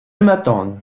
m’attends